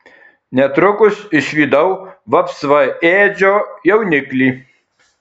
netrukus išvydau vapsvaėdžio jauniklį